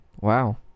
wow